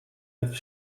het